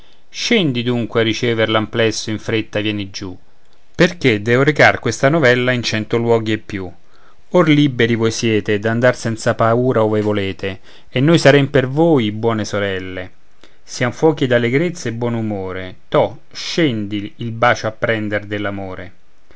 scendi dunque a ricevere l'amplesso in fretta vieni giù perché devo recar questa novella in cento luoghi e più or liberi voi siete d'andar senza paura ove volete e noi sarem per voi buone sorelle sian fuochi ed allegrezze e buon umore to scendi il bacio a prender